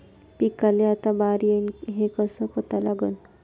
पिकाले आता बार येईन हे कसं पता लागन?